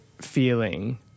feeling